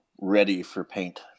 ready-for-paint